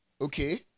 okay